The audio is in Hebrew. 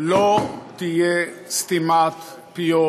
לא תהיה סתימת פיות